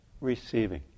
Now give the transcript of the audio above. receiving